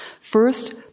First